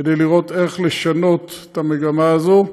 כדי לראות איך לשנות את המגמה הזאת,